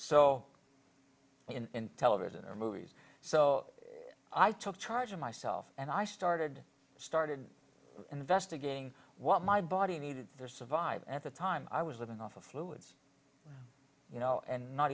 so in television or movies so i took charge of myself and i started started investigating what my body needed there survive at the time i was living off of fluids you know and not